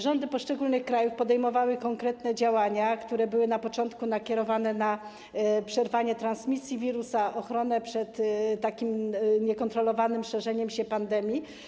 Rządy poszczególnych krajów podejmowały konkretne działania, które były na początku skierowane na przerwanie transmisji wirusa, ochronę przed niekontrolowanym szerzeniem się pandemii.